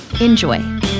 enjoy